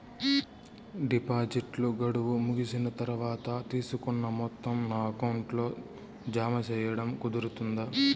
డిపాజిట్లు గడువు ముగిసిన తర్వాత, తీసుకున్న మొత్తం నా అకౌంట్ లో జామ సేయడం కుదురుతుందా?